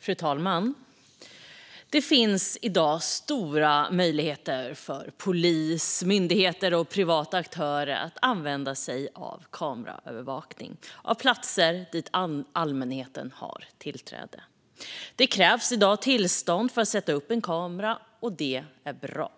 Fru talman! Det finns i dag stora möjligheter för polis, myndigheter och privata aktörer att använda sig av kameraövervakning av platser dit allmänheten har tillträde. Det krävs i dag tillstånd för att sätta upp en kamera, och det är bra.